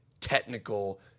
technical